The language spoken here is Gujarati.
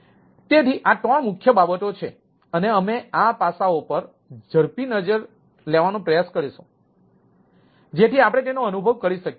તેથી આ ત્રણ મુખ્ય બાબતો છે અને અમે આ પાસાઓ પર ઝડપી નજર લેવાનો પ્રયાસ કરીશું જેથી આપણે તેનો અનુભવ કરી શકીએ